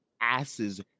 asses